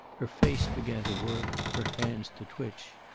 her face began to work, her hands to twitch.